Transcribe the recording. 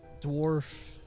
dwarf